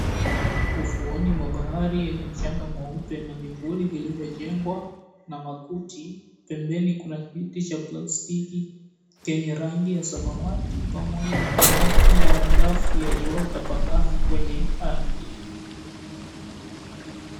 Ufuoni mwa bahari yenye mchanga mweupe na vivuli vilivyojengwa na makuti, pembeni kuna kiti cha plastiki kenye rangi ya samawati pamoja na mabaki ya madafu yaliyotapakaa kwenye ardhi.